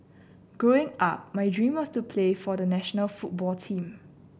Growing Up my dream was to play for the national football team